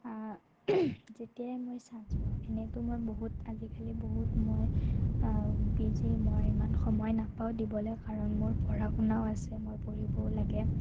যেতিয়াই মই চাঞ্চ পাওঁ এনেইতো বহুত মই আজিকালি বহুত মই বিজি মই ইমান সময় নাপাওঁ দিবলৈ কাৰণ মোৰ পঢ়া শুনাও আছে মই পঢ়িবও লাগে